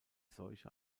seuche